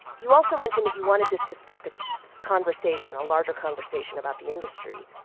you also mentioned that you wanted this to spark a conversation, a larger conversation about the industry.